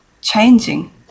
changing